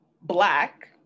black